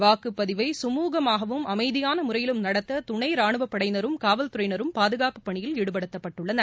வாக்குப்பதிவை சுமூகமாகவும் அமைதியான முறையிலும் நடத்த துணை ரானுவப்படையினரும் காவல்துறையினரும் பாதுகாப்புப் பணியில் ஈடுபடுத்தப்பட்டுள்ளனர்